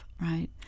right